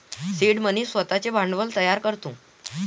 seed money स्वतःचे भांडवल तयार करतो